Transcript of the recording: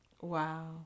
Wow